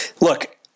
look